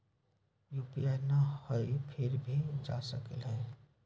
UPI न हई फिर भी जा सकलई ह?